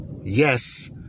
Yes